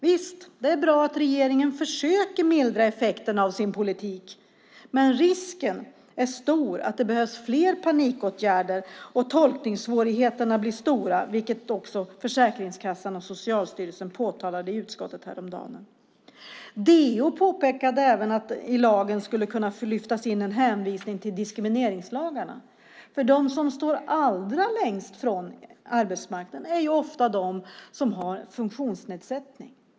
Visst är det bra att regeringen försöker mildra effekten av sin politik, men risken är stor att det behövs fler panikåtgärder, och tolkningssvårigheterna blir stora vilket också Försäkringskassan och Socialstyrelsen påtalade i utskottet häromdagen. DO påpekade även att det i lagen skulle kunna lyftas in en hänvisning till diskrimineringslagarna, för de som står allra längst från arbetsmarknaden är ofta de som har funktionsnedsättning.